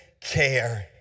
care